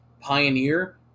Pioneer